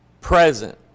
present